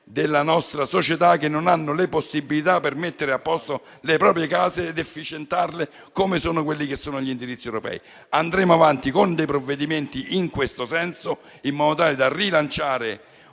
della nostra società che non hanno le possibilità di mettere a posto le proprie case ed efficientarle secondo quanto previsto dagli indirizzi europei. Andremo avanti con dei provvedimenti in questo senso, in modo tale da rilanciare